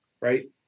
right